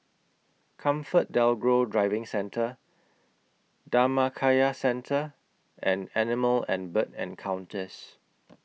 ComfortDelGro Driving Centre Dhammakaya Centre and Animal and Bird Encounters